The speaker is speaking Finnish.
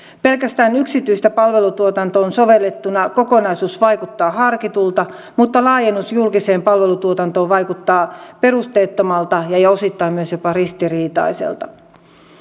pelkästään yksityiseen palvelutuotantoon sovellettuna kokonaisuus vaikuttaa harkitulta mutta laajennus julkiseen palvelutuotantoon vaikuttaa perusteettomalta ja osittain myös jopa ristiriitaiselta